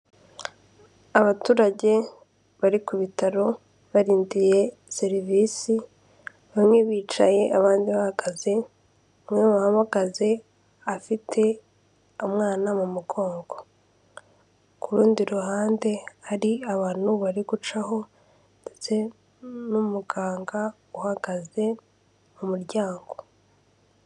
Abaturage bari ku bitaro barindiye serivisi, bamwe bicaye abandi bahagaze, umwe mu bahagaze afite umwana mu mugongo, ku rundi ruhande hari abantu bari gucaho ndetse n'umuganga uhagaze mu muryango.